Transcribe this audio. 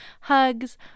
hugs